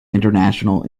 international